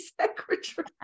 secretary